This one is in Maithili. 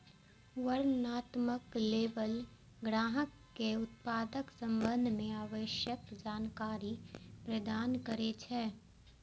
वर्णनात्मक लेबल ग्राहक कें उत्पादक संबंध मे आवश्यक जानकारी प्रदान करै छै